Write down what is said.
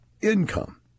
income